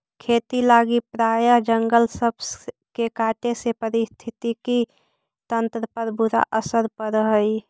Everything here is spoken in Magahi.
खेती लागी प्रायह जंगल सब के काटे से पारिस्थितिकी तंत्र पर बुरा असर पड़ हई